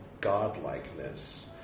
godlikeness